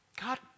God